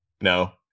no